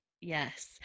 Yes